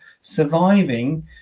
surviving